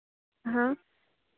हाँ